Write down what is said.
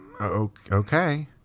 okay